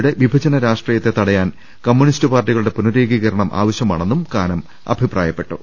യുടെ വിഭജന രാഷ്ട്രീയത്തെ തടയാൻ കമ്മ്യൂണിസ്റ്റ് പാർട്ടികളുടെ പുനരേകീകരണം ആവശ്യമാണെന്നും കാനം അഭിപ്രായപ്പെട്ടു